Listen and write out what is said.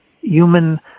human